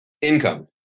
income